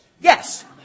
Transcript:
Yes